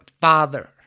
father